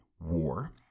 war